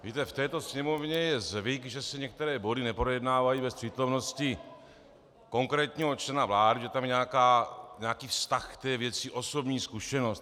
V této Sněmovně je zvyk, že se některé body neprojednávají bez přítomnosti konkrétního člena vlády, že tam je nějaký vztah k té věci, osobní zkušenosti.